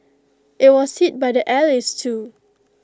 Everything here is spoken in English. IT was hit by the allies too